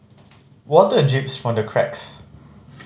water drips from the cracks